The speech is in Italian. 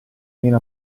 meno